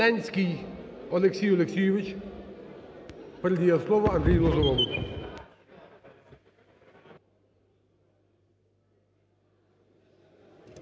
Ленський Олексій Олексійович, передає слово Андрію Лозовому.